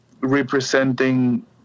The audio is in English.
representing